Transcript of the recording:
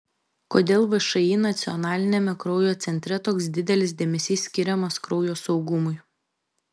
kodėl všį nacionaliniame kraujo centre toks didelis dėmesys skiriamas kraujo saugumui